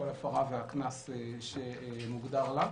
כל הפרה והקנס שמוגדר לה.